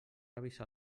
avisar